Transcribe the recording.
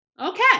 Okay